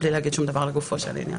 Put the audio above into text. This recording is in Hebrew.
בלי להגיד שום דבר לגופו של עניין,